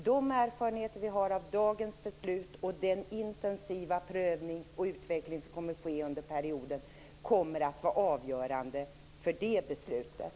De erfarenheter vi får av dagens beslut och den intensiva prövning och utveckling som kommer att ske under den här perioden kommer att vara avgörande för det beslutet.